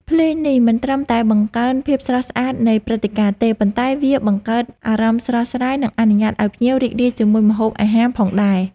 ភ្លេងនេះមិនត្រឹមតែបង្កើនភាពស្រស់ស្អាតនៃព្រឹត្តិការណ៍ទេ ប៉ុន្តែវាបង្កើតអារម្មណ៍ស្រស់ស្រាយ និងអនុញ្ញាតឲ្យភ្ញៀវរីករាយជាមួយម្ហូបអាហារផងដែរ។